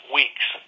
weeks